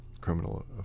criminal